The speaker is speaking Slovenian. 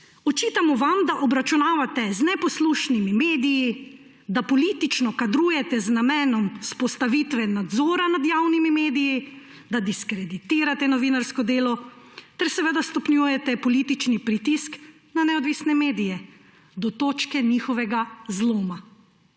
Očitamo vam, da obračunavate z neposlušnimi mediji, da politično kadrujete z namenom vzpostavitve nadzora nad javnimi mediji, da diskreditirate novinarsko delo ter stopnjujete politični pritisk na neodvisne medije do točke njihovega zloma.